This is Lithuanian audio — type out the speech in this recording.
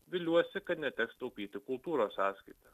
viliuosi kad neteks taupyti kultūros sąskaita